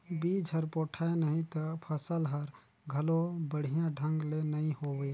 बिज हर पोठाय नही त फसल हर घलो बड़िया ढंग ले नइ होवे